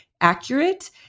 accurate